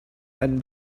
and